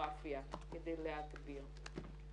הממוגרפיה כדי להגביר.